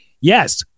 Yes